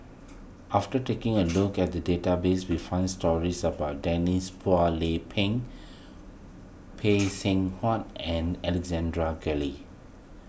after taking a look at the database we found stories about Denise Phua Lay Peng Seng Whatt and Guthrie